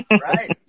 Right